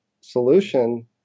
solution